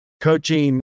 coaching